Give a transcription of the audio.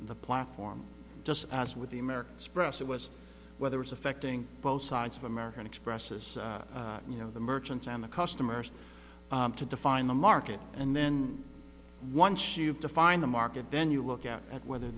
the platform just as with the american express it was whether it's affecting both sides of american express's you know the merchants and the customers to define the market and then once you've defined the market then you look out at whether